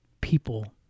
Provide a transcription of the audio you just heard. people